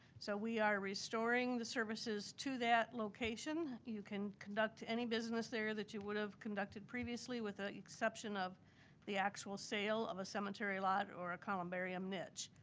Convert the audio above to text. so we are restoring the services to that location. you can conduct any business there that you would have conducted previously with ah exception of the actual sale of a cemetery lot, or a columbarium niche.